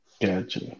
gotcha